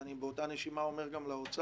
אז באותה נשימה אני אומר גם לאוצר: